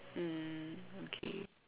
mm okay